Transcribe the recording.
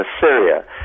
Syria